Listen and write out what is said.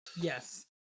Yes